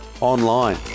online